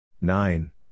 Nine